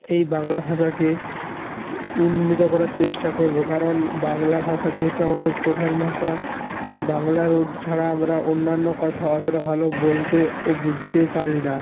এই বাংলা ভাষাকে উন্নীত করার চেষ্টা করবো কারণ বাংলা ভাষা যেহেতু আমাদের প্রধান ভাষা তাই বাংলার ছাড়া আমরা অন্যান্য কথা অতোটা ভালো বলতে ও বুঝতে পারি না